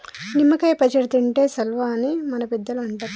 నిమ్మ కాయ పచ్చడి తింటే సల్వా అని మన పెద్దలు అంటరు